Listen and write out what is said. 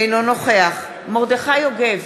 אינו נוכח מרדכי יוגב,